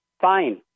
Fine